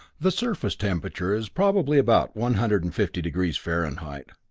the surface temperature is probably about one hundred and fifty degrees fahrenheit.